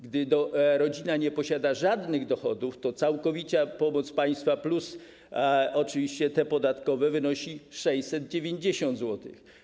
Gdy rodzina nie posiada żadnych dochodów, to całkowita pomoc państwa plus oczywiście te podatkowe, wynosi 690 zł.